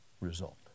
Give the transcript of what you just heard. result